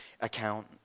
account